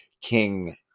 King